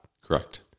Correct